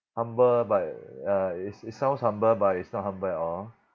humble but uh it's it sounds humble but it's not humble at all